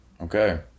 Okay